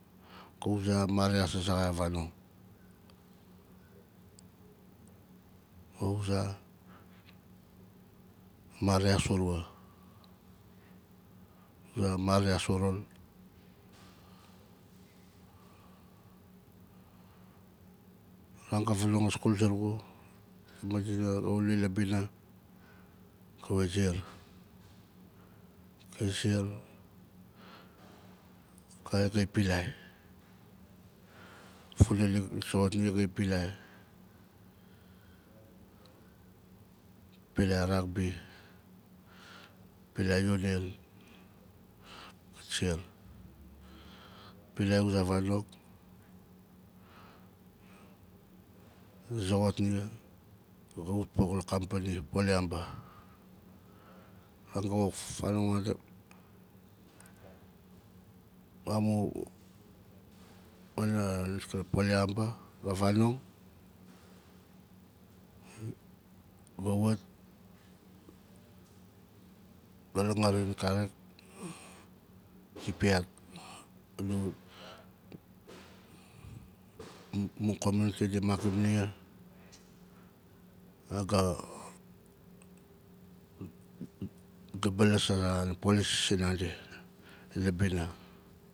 Ka uza a marias a zaxai xa vanong ka uza marias urua uza marias urul a ran ga vaanong a skul zurugu madina ga wuli la bina ga wa siar gai siar kawit gai pilai funalik dit soxot nia gai pilai rugby, pilai union pilai uza vanong di zoxot nia ma ga wat company poliamba a ran ga wok fanong wamua wana nis karik kaari poliamba ka vanong ga wat ga langaring karik di piat a mu komuniti di makim nia ma ga baalas a police sinandi la bina